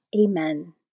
amen